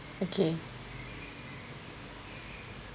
okay